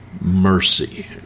mercy